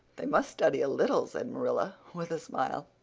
they must study a little, said marilla, with a smile.